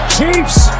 Chiefs